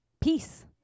peace